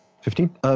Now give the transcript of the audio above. Fifteen